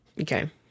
Okay